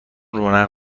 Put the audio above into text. رونق